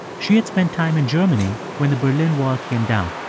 she had spent time in germany when the berlin wall came down